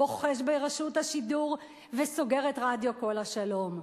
בוחש ברשות השידור וסוגר את רדיו "כל השלום".